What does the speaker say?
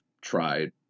tried